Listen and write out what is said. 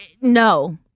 no